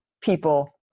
people